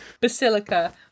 Basilica